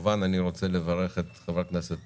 אני רוצה לברך אותך, חברת הכנסת